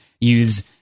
use